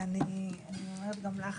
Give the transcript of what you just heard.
אני אומרת גם לך,